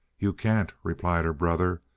you can't, replied her brother,